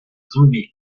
zombie